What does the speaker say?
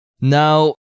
Now